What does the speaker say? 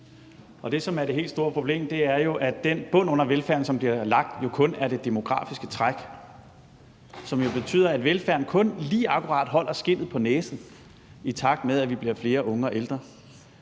Og det, som er det helt store problem, er jo, at den bund under velfærden, som bliver lagt, kun er det demografiske træk, som betyder, at velfærden kun lige akkurat holder skindet på næsen, i takt med at vi bliver flere unge og ældre,